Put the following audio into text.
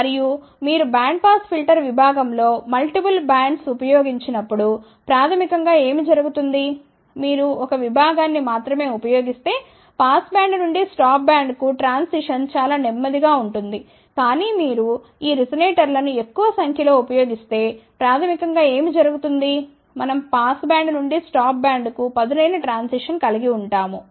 మరియు మీరు ఈ బ్యాండ్పాస్ ఫిల్టర్ విభాగం లో మల్టిపుల్ బ్యాండ్స్ ఉపయోగించినప్పుడు ప్రాథమికం గా ఏమి జరుగుతుంది మీరు 1 విభాగాన్ని మాత్రమే ఉపయోగిస్తే పాస్ బ్యాండ్ నుండి స్టాప్ బ్యాండ్కు ట్రాన్సిషన్ చాలా నెమ్మదిగా ఉంటుంది కానీ మీరు ఈ రెసొనేటర్లను ఎక్కువ సంఖ్యలో ఉపయోగిస్తే ప్రాథమికం గా ఏమి జరుగుతుంది మనం పాస్ బ్యాండ్ నుండి స్టాప్ బ్యాండ్కు పదునైన ట్రాన్సిషన్ కలిగి ఉంటాము